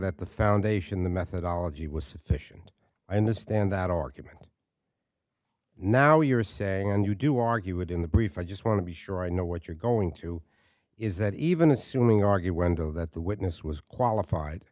that the foundation the methodology was sufficient i understand that argument now you're saying and you do argue it in the brief i just want to be sure i know what you're going through is that even assuming argued wendell that the witness was qualified